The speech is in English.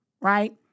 right